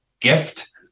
gift